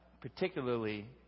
particularly